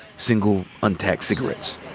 single untaxed cigarettes.